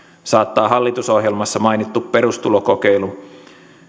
saattaa hallitusohjelmassa mainittu perustulokokeilu